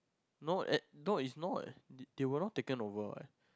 no at no it's not they will no taken over what